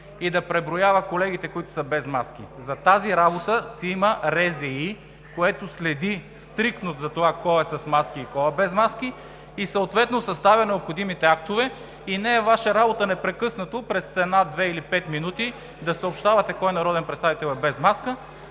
и да преброява колегите, които са без маски. За тази работа си има РЗИ, което следи стриктно за това кой е със и кой е без маска и съответно съставя необходимите актове. Не е Ваша работа непрекъснато през една, две или пет минути да съобщавате кой народен представител е без маска!